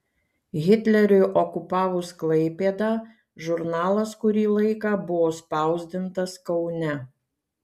hitleriui okupavus klaipėdą žurnalas kurį laiką buvo spausdintas kaune